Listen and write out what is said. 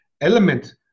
element